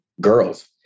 girls